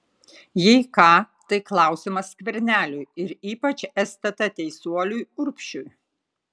jei ką tai klausimas skverneliui ir ypač stt teisuoliui urbšiui